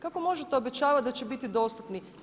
Kako možete obećavati da će biti dostupni?